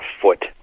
foot